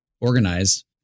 organized